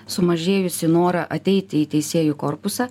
sumažėjusį norą ateiti į teisėjų korpusą